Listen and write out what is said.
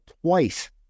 twice